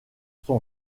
son